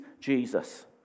Jesus